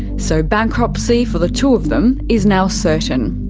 so bankruptcy for the two of them is now certain.